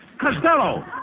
Costello